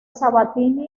sabatini